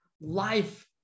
life